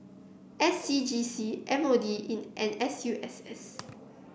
S C G C M O D and S U S S